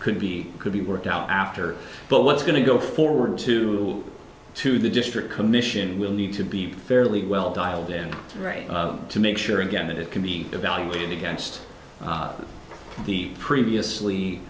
could be could be worked out after but what's going to go forward to two the district commission will need to be fairly well dialed in to make sure again that it can be evaluated against the previously